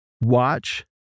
watch